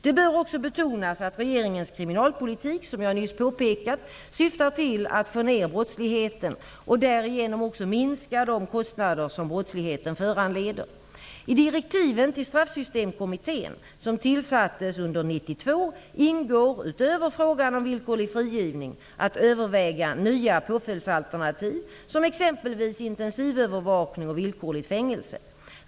Det bör också betonas att regeringens kriminalpolitik, som jag nyss påpekat, syftar till att få ner brottsligheten, och därigenom också minska de kostnader som brottsligheten föranleder. I direktiven till Straffsystemkommittén, som tillsattes under år 1992, ingår, utöver frågan om villkorlig frigivning, att överväga nya påföljdsalternativ, såsom exempelvis intensivövervakning och villkorligt fängelse.